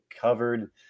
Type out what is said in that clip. covered